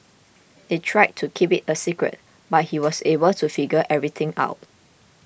they tried to keep it a secret but he was able to figure everything out